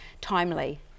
timely